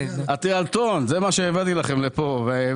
הטריאתלון, זה מה שהבאתי לכם לפה.